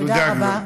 תודה, גברתי.